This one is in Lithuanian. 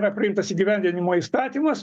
yra priimtas įgyvendinimo įstatymas